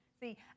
See